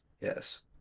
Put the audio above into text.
yes